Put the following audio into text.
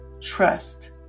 Trust